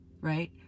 Right